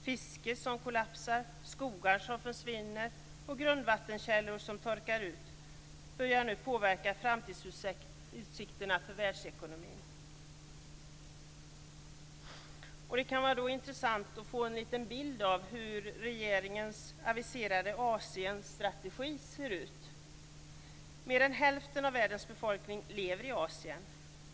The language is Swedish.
Fiske som kollapsar, skogar som försvinner och grundvattenkällor som torkar ut börjar nu påverka framtidsutsikterna för världsekonomin. Det kan vara intressant att få en liten bild av hur regeringens aviserade Asienstrategi ser ut. Mer än hälften av världens befolkning lever i Asien.